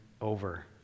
over